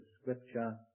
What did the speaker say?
Scripture